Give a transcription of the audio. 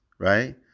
Right